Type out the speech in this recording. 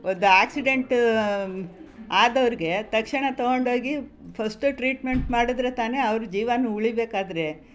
ಒಂದು ಆಕ್ಸಿಡೆಂಟು ಆದವ್ರಿಗೆ ತಕ್ಷಣ ತಗೊಂಡು ಹೋಗಿ ಫಸ್ಟ್ ಟ್ರೀಟ್ಮೆಂಟ್ ಮಾಡಿದ್ರೆ ತಾನೆ ಅವ್ರ ಜೀವನು ಉಳಿಬೇಕಾದರೆ